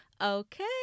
Okay